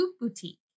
Boutique